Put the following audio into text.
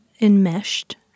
enmeshed